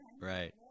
Right